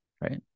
right